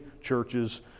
churches